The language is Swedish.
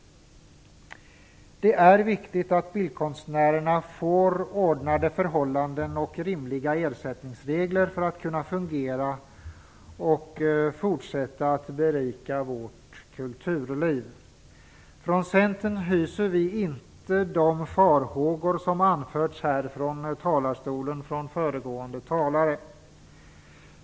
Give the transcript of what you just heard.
Det är viktigt att bildkonstnärerna får ordnade förhållanden och rimliga ersättningsregler för att kunna fungera och fortsätta att berika vårt kulturliv. Från Centern hyser vi inte de farhågor som föregående talare anförde från talarstolen.